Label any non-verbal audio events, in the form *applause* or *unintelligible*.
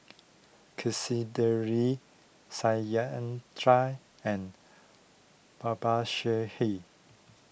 *unintelligible* Satyendra and Babasaheb